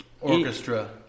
Orchestra